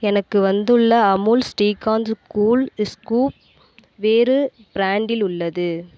எனக்கு வந்துள்ள Amul shrikhand cool scoop வேறு ப்ராண்டில் உள்ளது